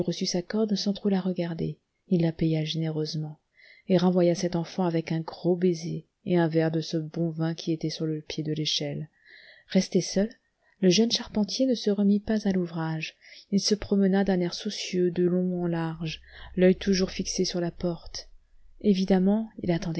sa corde sans trop la regarder il la paya généreusement et renvoya cet enfant avec un gros baiser et un verre de ce bon vin qui était sur le pied de l'échelle resté seul le jeune charpentier ne se remit pas à l'ouvrage il se promena d'un air soucieux de long en large l'oeil toujours fixé sur la porte évidemment il attendait